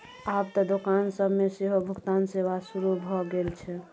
आब त दोकान सब मे सेहो भुगतान सेवा शुरू भ गेल छै